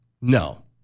No